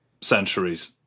centuries